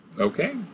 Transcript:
Okay